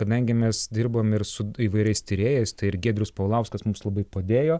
kadangi mes dirbam ir su įvairiais tyrėjas tai ir giedrius paulauskas mums labai padėjo